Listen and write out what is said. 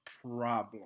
problem